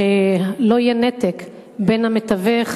שלא יהיה נתק בין המתווך,